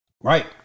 Right